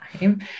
time